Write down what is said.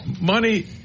money